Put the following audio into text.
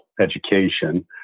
education